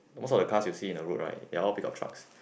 most of the cars you see in the road right they're all pickup trucks